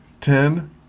ten